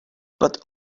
but